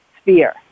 sphere